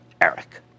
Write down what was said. Eric